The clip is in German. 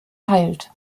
teilt